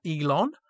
Elon